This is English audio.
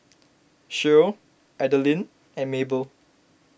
Shirl Adalynn and Maybelle